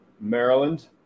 Maryland